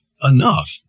enough